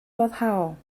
foddhaol